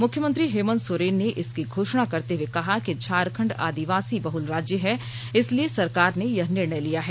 मुख्यमंत्री हेमंत सोरेन ने इसकी घोषणा करते हुए कहा कि झारखंड आदिवासी बहुल रोज्य है इसलिए सरकार ने यह निर्णय लिया है